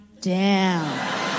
down